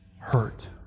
hurt